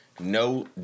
No